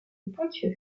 ponthieu